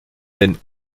den